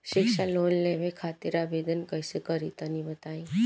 शिक्षा लोन लेवे खातिर आवेदन कइसे करि तनि बताई?